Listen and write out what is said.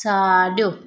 साॼो